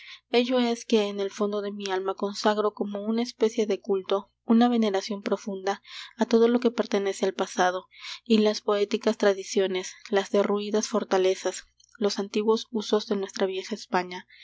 ello es que en el fondo de mi alma consagro como una especie de culto una veneración profunda á todo lo que pertenece al pasado y las poéticas tradiciones las derruídas fortalezas los antiguos usos de nuestra vieja españa